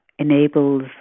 enables